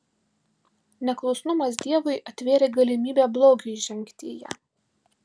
neklusnumas dievui atvėrė galimybę blogiui įžengti į ją